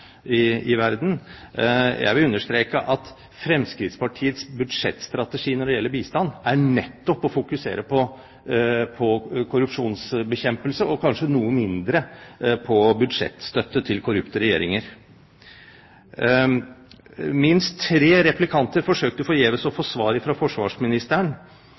i verden. Jeg vil understreke at Fremskrittspartiets budsjettstrategi når det gjelder bistand, nettopp er å fokusere på korrupsjonsbekjempelse og kanskje noe mindre på budsjettstøtte til korrupte regjeringer. Minst tre replikanter forsøkte forgjeves å få svar fra forsvarsministeren,